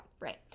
right